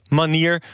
manier